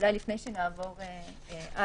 אולי לפני שנעבור הלאה,